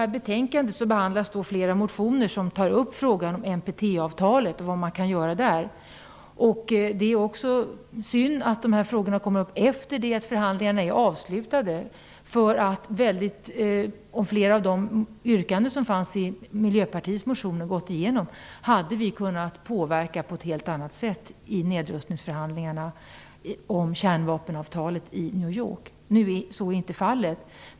I betänkandet behandlas flera motioner som tar upp frågan om NPT-avtalet och vad man kan göra där. Det är synd att dessa frågor kommer upp efter det att förhandlingarna är avslutade. Om flera av de yrkanden som fanns i Miljöpartiets motioner gått igenom hade vi kunnat påverka på ett helt annat sätt i nedrustningsförhandlingarna om kärnvapenavtalet i New York. Nu är det inte fallet.